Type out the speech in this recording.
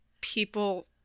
people